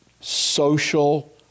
social